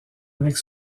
avec